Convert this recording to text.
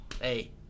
hey